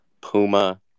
Puma